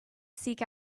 seek